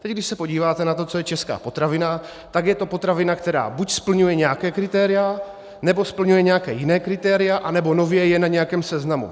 Teď když se podíváte na to, co je česká potravina, tak je to potravina, která buď splňuje nějaká kritéria, nebo splňuje nějaká jiná kritéria, anebo nově je na nějakém seznamu.